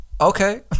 okay